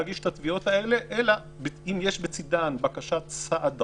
אלא אם יש בצידן בקשת סעד דחוף,